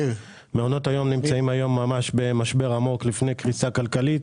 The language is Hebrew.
מעונות היום נמצאים היום ממש במשבר עמוק לפני קריסה כלכלית,